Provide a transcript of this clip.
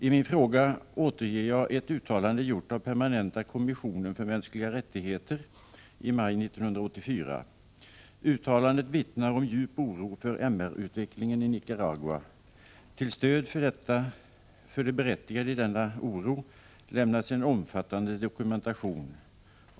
I min fråga återger jag ett uttalande gjort av den permanenta kommissionen för mänskliga rättigheter i maj 1984. Uttalandet vittnar om djup oro för utvecklingen beträffande de mänskliga rättigheterna i Nicaragua. Till stöd för det berättigade i denna oro lämnas en omfattande dokumentation.